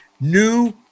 New